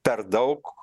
per daug